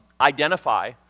identify